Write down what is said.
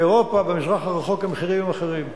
באירופה, במזרח הרחוק המחירים הם אחרים,